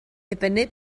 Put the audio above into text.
dibynnu